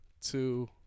two